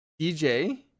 dj